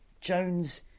Jones